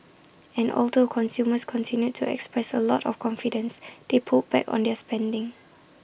and although consumers continued to express A lot of confidence they pulled back on their spending